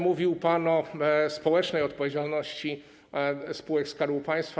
Mówił pan o społecznej odpowiedzialności spółek Skarbu Państwa.